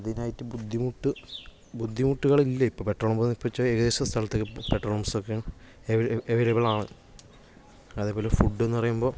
അതിനായിട്ട് ബുദ്ധിമുട്ട് ബുദ്ധിമുട്ടുകളില്ല ഇപ്പോൾ പെട്രോൾ പമ്പ് എന്ന് വെച്ചാൽ ഏകദേശം സ്ഥലത്ത്ക്കെ പെട്രോൾ പമ്പ്സൊക്കെ എവൈലബിൾ ആണ് അതുപോലെ ഫുഡെന്ന് പറയുമ്പോൾ